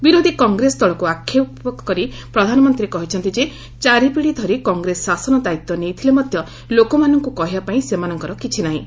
ବିରୋଧି କଂଗ୍ରେସ ଦଳକୁ ଆକ୍ଷେପ କରି ପ୍ରଧାନମନ୍ତ୍ରୀ କହିଛନ୍ତି ଯେ ଚାରି ପିଢି ଧରି କଂଗ୍ରେସ ଶାସନ ଦାୟିତ୍ୱ ନେଇଥିଲେ ମଧ୍ୟ ଲୋକମାନଙ୍କୁ କହିବା ପାଇଁ ସେମାନଙ୍କର କିଛିନାହିଁ